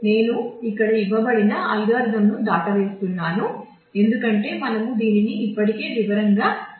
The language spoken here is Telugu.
నేను ఇక్కడ ఇవ్వబడిన అల్గోరిథంను దాటవేస్తాను ఎందుకంటే మనము దీనిని ఇప్పటికే వివరంగా చూసాము